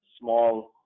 small